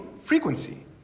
frequency